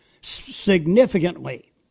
significantly